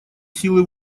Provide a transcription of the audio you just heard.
силы